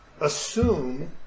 Assume